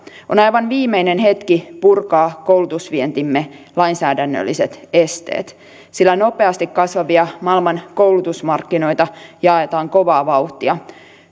on aivan viimeinen hetki purkaa koulutusvientimme lainsäädännölliset esteet sillä nopeasti kasvavia maailman koulutusmarkkinoita jaetaan kovaa vauhtia